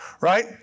right